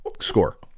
Score